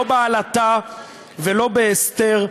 לא בעלטה ולא בהסתר,